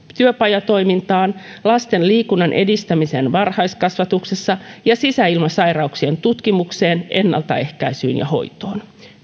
työpajatoimintaan lasten liikunnan edistämiseen varhaiskasvatuksessa ja sisäilmasairauksien tutkimukseen ennaltaehkäisyyn ja hoitoon